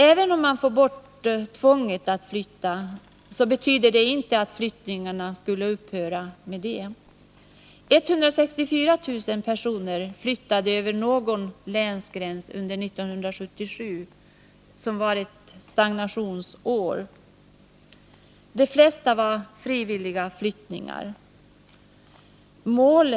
Även om man får bort tvånget att flytta betyder det inte att flyttningarna skulle upphöra. 164 000 personer flyttade över någon länsgräns under 1977, som var ett stagnationsår. De flesta av dessa flyttningar var frivilliga.